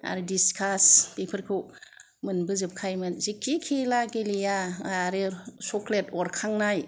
आरो डिसकास बेफोरखौ मोनबोजोबखायोमोन जेखि खेला गेलेआ आरो चक'लेट अरखांनाय